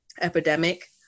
epidemic